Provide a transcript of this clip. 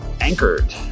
anchored